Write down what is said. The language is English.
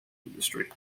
industry